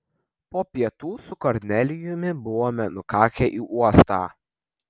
po pietų su kornelijumi buvome nukakę į uostą